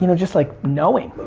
you know just like knowing,